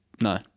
No